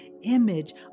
image